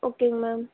ஓகேங்க மேம்